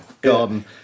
garden